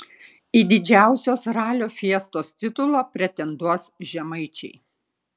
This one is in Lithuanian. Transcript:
į didžiausios ralio fiestos titulą pretenduos žemaičiai